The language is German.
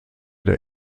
der